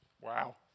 Wow